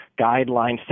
guideline